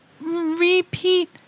repeat